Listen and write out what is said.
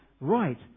right